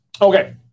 Okay